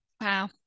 wow